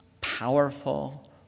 powerful